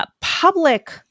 public